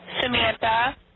Samantha